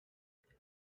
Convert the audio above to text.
qu’est